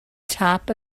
top